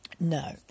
No